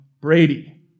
Brady